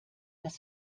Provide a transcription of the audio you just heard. dass